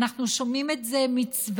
אנחנו שומעים את זה מצוותים,